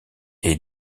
est